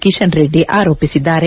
Kishan Reddy ಆರೋಪಿಸಿದ್ಲಾರೆ